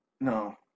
No